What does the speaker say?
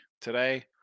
Today